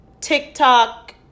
TikTok